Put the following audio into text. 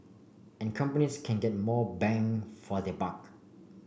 and companies can get more bang for their buck